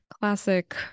classic